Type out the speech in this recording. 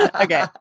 Okay